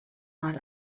mal